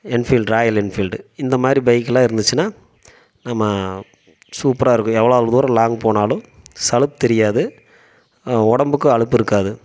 Enfield royal Enfield இந்த மாதிரி பைக்குலாம் இருந்துச்சின்னால் நம்ம சூப்பராக இருக்கும் எவ்வளோ தூரம் லாங் போனாலும் சலுப்பு தெரியாது உடம்புக்கும் அலுப்பு இருக்காது